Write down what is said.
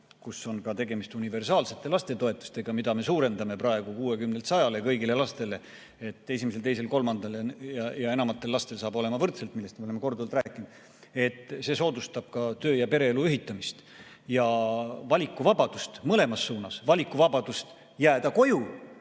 kus on ka tegemist universaalsete lastetoetustega, mida me suurendame praegu 60 [eurolt] 100‑le kõigile lastele, nii et esimesel, teisel, kolmandal ja enamatel lastel saab olema võrdselt, millest me oleme korduvalt rääkinud, see soodustab ka töö‑ ja pereelu ühitamist ja valikuvabadust mõlemas suunas: valikuvabadust jääda koju